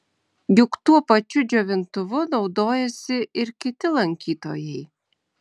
juk tuo pačiu džiovintuvu naudojasi ir kiti lankytojai